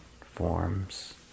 forms